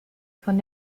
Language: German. von